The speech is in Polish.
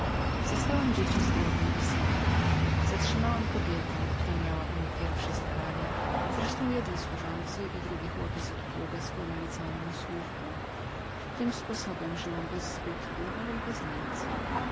zastałam dzieci zdrowe i wesołe zachowałam kobietę która miała o nich pierwsze starania z resztą jeden służący i drugi chłopiec od pługa składali całą moją służbę tym sposobem żyłam bez zbytku ale i bez nędzy